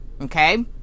okay